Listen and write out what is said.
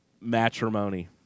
matrimony